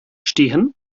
stehen